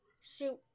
Shoot